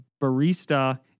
barista